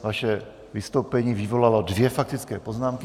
Vaše vystoupení vyvolalo dvě faktické poznámky.